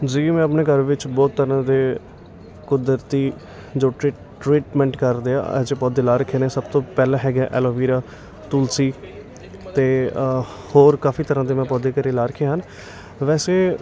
ਜੀ ਮੈਂ ਆਪਣੇ ਘਰ ਵਿੱਚ ਬਹੁਤ ਤਰ੍ਹਾਂ ਦੇ ਕੁਦਰਤੀ ਜੋ ਟਰੀ ਟਰੀਟਮੈਂਟ ਕਰਦੇ ਹਾਂ ਅਜਿਹੇ ਪੌਦੇ ਲਾ ਰੱਖੇ ਨੇ ਸਭ ਤੋਂ ਪਹਿਲਾ ਹੈਗਾ ਐਲੋ ਵੀਰਾ ਤੁਲਸੀ ਅਤੇ ਹੋਰ ਕਾਫੀ ਤਰ੍ਹਾਂ ਦੇ ਮੈਂ ਪੌਦੇ ਘਰ ਲਾ ਰੱਖੇ ਹਨ ਵੈਸੇ